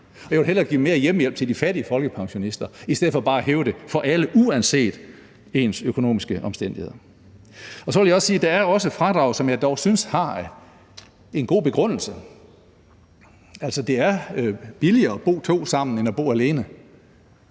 og jeg vil hellere give mere hjemmehjælp til de fattige folkepensionister, i stedet for bare at hæve beløbet for alle uanset deres økonomiske omstændigheder. Så vil jeg også sige, at der er fradrag, som jeg synes er velbegrundet. Det er billigere for hver enkelt at bo to sammen end at bo alene,